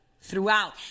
throughout